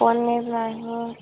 ପନିର୍ ନାହିଁ